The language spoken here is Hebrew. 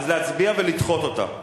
אז להצביע ולדחות אותה.